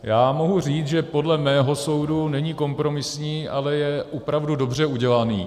Já mohu říct, že podle mého soudu není kompromisní, ale je opravdu dobře udělaný.